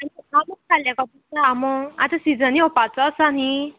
आनी आमो खाल्या कोता येता आमो आतां सिजन येवपाचो आसा न्ही